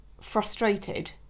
frustrated